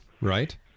Right